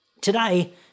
Today